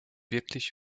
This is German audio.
wirklich